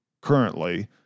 currently